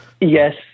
yes